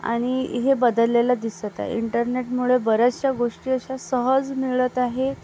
आणि हे बदललेलं दिसत आहे इंटरनेटमुळे बऱ्याचशा गोष्टी अशा सहज मिळत आहे